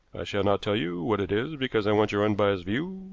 shall not tell you what it is because i want your unbiased view,